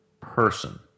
person